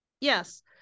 Yes